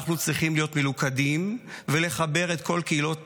אנחנו צריכים להיות מלוכדים ולחבר את כל קהילות